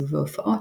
בסיבובי הופעות,